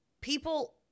people